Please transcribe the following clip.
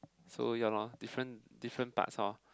so ya lor different different parts lor